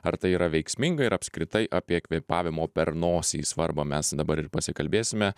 ar tai yra veiksminga ir apskritai apie kvėpavimo per nosį svarbą mes dabar ir pasikalbėsime